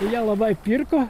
ir ją labai pirko